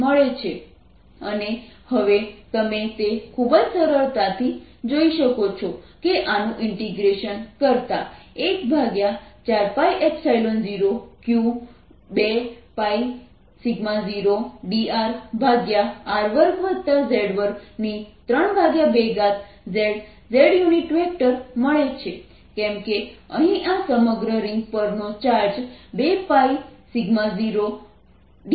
14π0q dqr2z232z z અને હવે તમે તે ખૂબ જ સરળતાથી જોઈ શકો છો કે આનું ઇન્ટીગ્રેશન કરતા 14π0q 2π0drr2z232z z મળે છે કેમ કે અહીં આ સમગ્ર રીંગ પરનો ચાર્જ 2π0dr બનશે